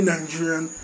Nigerian